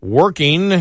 working